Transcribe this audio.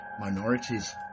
minorities